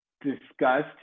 Discussed